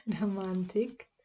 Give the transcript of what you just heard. romantic